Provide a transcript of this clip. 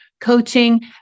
coaching